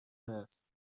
است